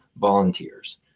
volunteers